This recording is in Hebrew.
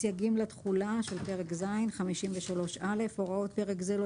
"סייגים לתחולה- פרק ז' הוראות פרק זה לא